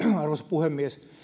puhemies